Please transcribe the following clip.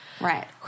Right